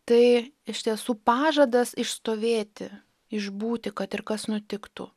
tai iš tiesų pažadas išstovėti išbūti kad ir kas nutiktų